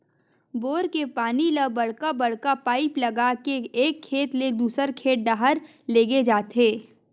bore के पानी ल बड़का बड़का पाइप लगा के एक खेत ले दूसर खेत डहर लेगे जाथे